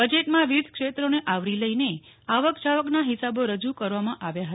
બજેટમાં વિવિધ ક્ષેત્રોને આવરી લઈને આવક જાવકના ફિસાબો રજુ કરવામાં આવ્યા હતા